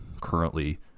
currently